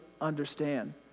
understand